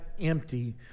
empty